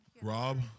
Rob